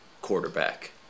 quarterback